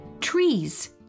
Trees